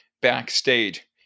backstage